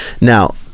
Now